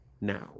now